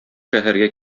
шәһәргә